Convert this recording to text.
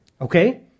Okay